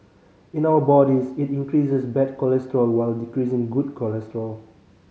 in our bodies it increases bad cholesterol while decreasing good cholesterol